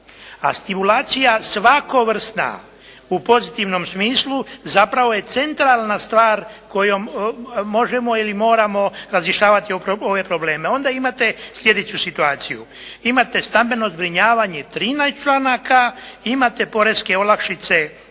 a stimulacija svakovrsna u pozitivnom smislu zapravo je centralna stvar kojom možemo ili moramo razrješavati ove probleme. Onda imate sljedeću situaciju. Imate stambeno zbrinjavanje 13 članaka, imate poreske olakšice 3 članka,